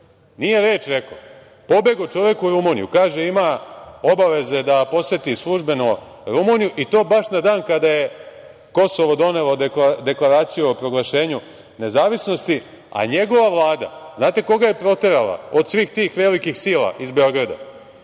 nije reč rekao. Pobegao čovek u Rumuniju. Kaže, ima obaveze da poseti službeno Rumuniju i to baš na dan kada je Kosovo donelo deklaraciju o proglašenju nezavisnosti, a njegova Vlada da li znate koga je proterala od svih tih velikih sila iz Beograda?